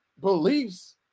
beliefs